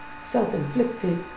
self-inflicted